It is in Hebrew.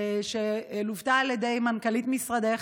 שלוותה על ידי מנכ"לית משרדך.